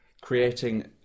Creating